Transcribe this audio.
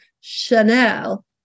Chanel